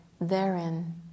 therein